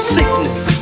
sickness